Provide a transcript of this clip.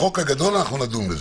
בחוק הגדול אנחנו נדון בזה.